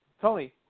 Tony